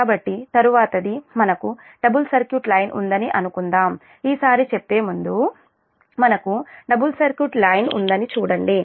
కాబట్టి తరువాతిది మనకు డబుల్ సర్క్యూట్ లైన్ ఉందని అనుకుందాం ఈసారి చెప్పే ముందు మనకు డబుల్ సర్క్యూట్ లైన్ ఉందని చూడండి